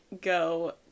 go